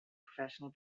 professional